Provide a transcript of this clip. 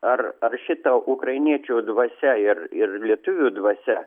ar ar šita ukrainiečių dvasia ir ir lietuvių dvasia